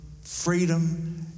freedom